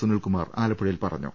സുനിൽകുമാർ ആലപ്പുഴയിൽ പറഞ്ഞു